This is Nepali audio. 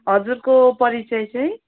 हजुरको परिचय चाहिँ